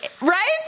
Right